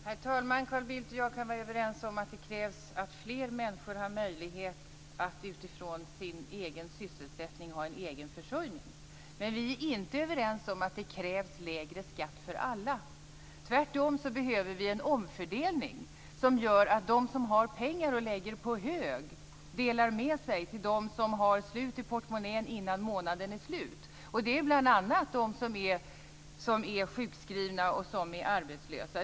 Herr talman! Carl Bildt och jag kan vara överens om att det krävs att fler människor har möjlighet att utifrån egen sysselsättning klara sin egna försörjning. Vi är inte överens om att det krävs lägre skatt för alla. Tvärtom behöver vi en omfördelning, som gör att de som har pengar att lägga på hög delar med sig till dem som har slut i portmonnän innan månaden är slut. Det är bl.a. de som är sjukskrivna och arbetslösa.